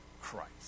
Christ